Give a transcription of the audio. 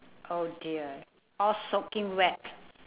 oh dear all soaking wet